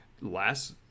last